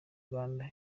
rwanda